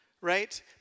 right